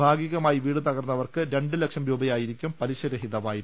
ഭാഗിക മായി വീട് തകർന്നവർക്ക് രണ്ട് ലക്ഷം രൂപയായിരിക്കും പലിശ രഹിത വായ്പ